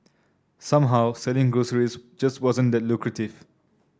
somehow selling groceries just wasn't that lucrative